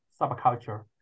subculture